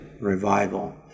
revival